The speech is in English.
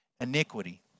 Iniquity